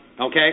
Okay